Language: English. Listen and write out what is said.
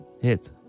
hit